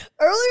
Earlier